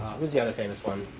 was the other famous one?